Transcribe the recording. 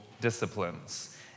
disciplines